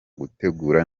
gutegura